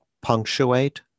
punctuate